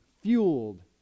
fueled